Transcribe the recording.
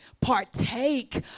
partake